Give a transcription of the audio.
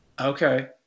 Okay